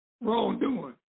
wrongdoing